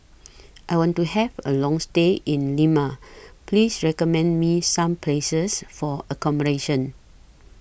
I want to Have A Long stay in Lima Please recommend Me Some Places For accommodation